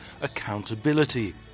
accountability